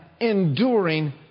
enduring